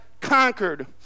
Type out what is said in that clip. conquered